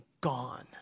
gone